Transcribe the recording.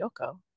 yoko